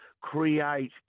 create